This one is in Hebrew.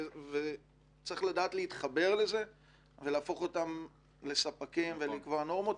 צריך לדעת להתחבר לזה ולהפוך אותם לספקים ולקבוע נורמות,